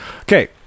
Okay